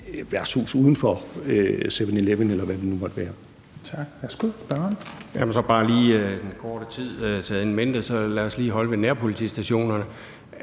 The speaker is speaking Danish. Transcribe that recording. værtshus uden for 7-Eleven, eller hvad det nu måtte være.